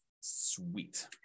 Sweet